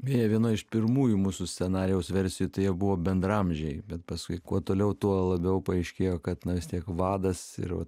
beje viena iš pirmųjų mūsų scenarijaus versijų tai jie buvo bendraamžiai bet paskui kuo toliau tuo labiau paaiškėjo kad na vis tiek vadas ir va